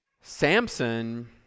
Samson